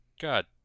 God